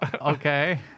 Okay